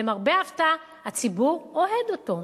למרבה ההפתעה הציבור אוהד אותו.